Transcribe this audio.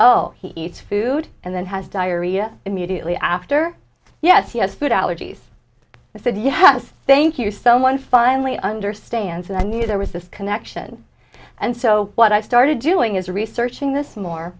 oh he eats food and then has diarrhea immediately after yes he has food allergies and said yes thank you someone finally understands and i knew there was this connection and so what i started doing is researching this more